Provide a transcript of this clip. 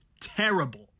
terrible